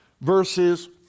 verses